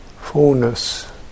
fullness